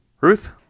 Ruth